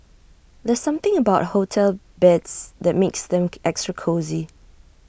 there's something about hotel beds that makes them extra cosy